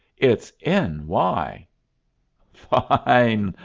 it's n. y fine!